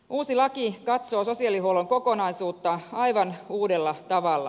uusi laki katsoo sosiaalihuollon kokonaisuutta aivan uudella tavalla